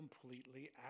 completely